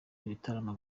ibitaramo